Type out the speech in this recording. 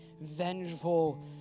vengeful